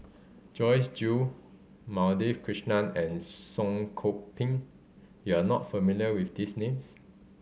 Joyce Jue Madhavi Krishnan and Song Koon Poh you are not familiar with these names